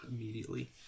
immediately